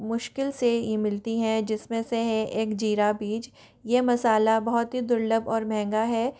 मुश्किल से ही मिलती हैं जिसमें से है एक जीरा बीज ये मसाला बहुत ही दुर्लभ और महँगा है